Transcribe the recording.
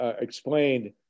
explained